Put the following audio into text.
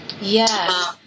Yes